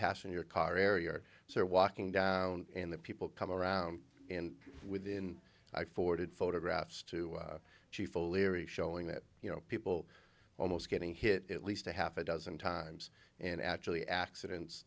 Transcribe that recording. pass in your car area or so walking down and the people come around and within i forwarded photographs to chief o'leary showing that you know people almost getting hit least a half a dozen times and actually accidents